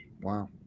Wow